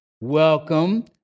welcome